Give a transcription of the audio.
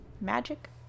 magic